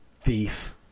thief